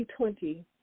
2020